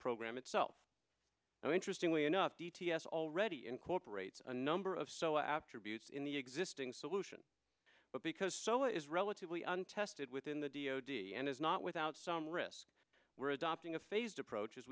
program itself now interestingly enough d t s already incorporates a number of so after views in the existing solution but because so is relatively untested within the d o d and is not without some risk we're adopting a phased approach